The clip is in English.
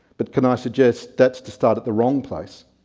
but can i suggest that's to start at the wrong place.